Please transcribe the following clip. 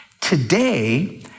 Today